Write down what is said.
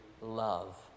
love